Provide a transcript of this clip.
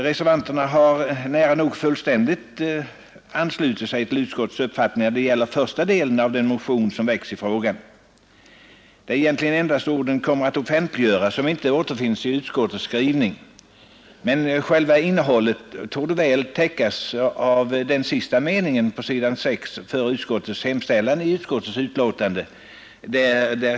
Reservanterna har nära nog fullständigt anslutit sig till utskottets uppfattning när det gäller första delen av den motion som väckts i frågan. Av det som anförs i reservationen är det egentligen endast orden ”kommer att offentliggöras” som inte återfinns i utskottets skrivning. Innehållet i reservationen torde dock väl täckas av den sista meningen före utskottets hemställan på s. 6 i betänkandet.